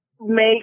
make